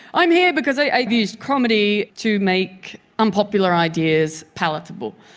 i'm here because i've used comedy to make unpopular ideas palatable.